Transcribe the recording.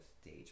stage